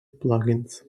plugins